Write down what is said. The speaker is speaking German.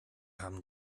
haben